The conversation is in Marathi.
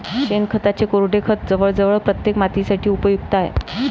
शेणखताचे कोरडे खत जवळजवळ प्रत्येक मातीसाठी उपयुक्त आहे